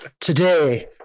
today